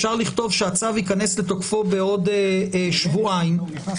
אפשר לכתוב שהצו ייכנס לתוקפו בעוד שבועיים --- הוא נכנס